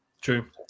True